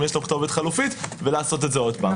יש לו כתובת חלופית ולעשות את זה עוד פעם.